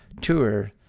Tour